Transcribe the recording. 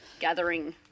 gathering